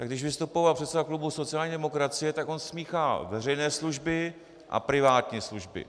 Když vystupoval předseda klubu sociální demokracie, tak on smíchal veřejné služby a privátní služby.